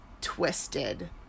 twisted